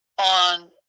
on